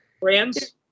Brands